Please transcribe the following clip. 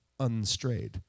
unstrayed